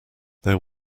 there